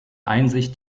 einsicht